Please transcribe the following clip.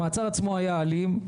המעצר עצמו היה אלים.